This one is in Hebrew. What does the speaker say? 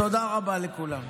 תודה רבה לכולם.